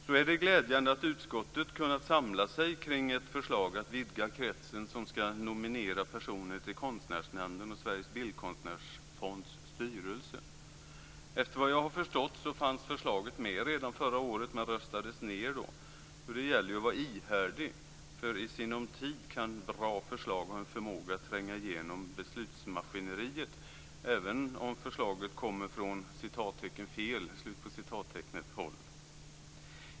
Det är glädjande att utskottet har kunnat samla sig kring ett förslag att vidga kretsen som skall nominera personer till Konstnärsnämnden och Sveriges bildkonstnärsfonds styrelse. Enligt vad jag har förstått fanns förslaget med redan förra året men röstades då ned. Det gäller att vara ihärdig! I sinom tid kan bra förslag ha en förmåga att tränga igenom beslutsmaskineriet, även om förslaget kommer från "fel" håll.